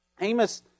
Amos